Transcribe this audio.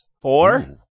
Four